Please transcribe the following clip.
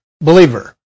believer